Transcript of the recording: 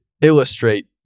illustrate